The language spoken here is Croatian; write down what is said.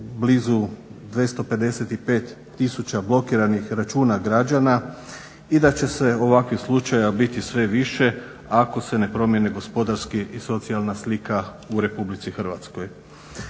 blizu 255 tisuća blokiranih računa građana i da će se ovakvih slučaja biti sve više ako se ne promijeni gospodarska i socijalna slika u Republici Hrvatskoj.